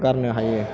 गारनो हायो